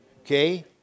Okay